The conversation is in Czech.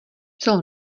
celou